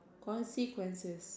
consequences